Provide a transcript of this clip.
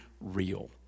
real